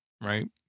right